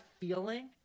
feeling